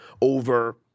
over